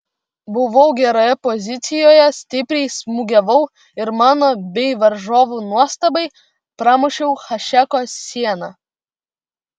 buvau geroje pozicijoje stipriai smūgiavau ir mano bei varžovų nuostabai pramušiau hašeko sieną